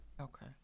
Okay